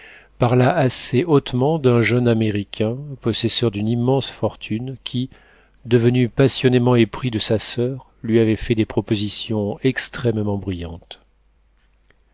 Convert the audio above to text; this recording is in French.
parla assez hautement d'un jeune américain possesseur d'une immense fortune qui devenu passionnément épris de sa soeur lui avait fait des propositions extrêmement brillantes